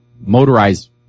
motorized